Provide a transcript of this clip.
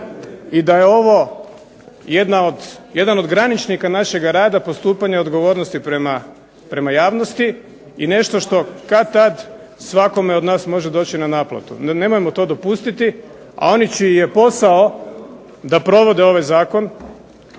i da je ovo jedan od graničnika našega rada postupanja odgovornosti prema javnosti, i nešto što kad-tad svakome od nas može doći na naplatu. No nemojmo to dopustiti, a oni čiji je posao da provode ovaj zakon,